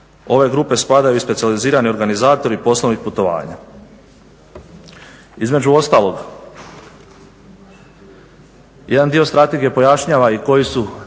ove grupe spadaju specijalizirani organizatori poslovnih putovanja. Između ostalog jedan dio strategije pojašnjava i koji su